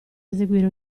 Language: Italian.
eseguire